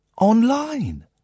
online